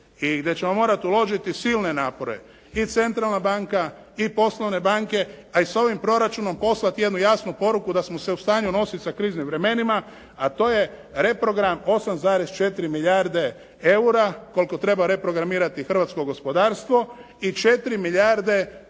i gdje ćemo morati uložiti silne napore i Centralna banka i poslovne banke, a i s ovim proračunom poslati jednu jasnu poruku da smo se u stanju nositi sa kriznim vremenima, a to je reprogram 8,4 milijarde eura, koliko treba reprogramirati hrvatsko gospodarstvo i 4 milijarde, koliko